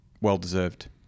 well-deserved